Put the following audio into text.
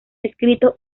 escrito